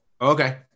Okay